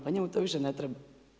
Pa njemu to više ne treba.